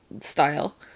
style